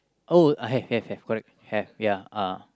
oh I have have have correct have ya uh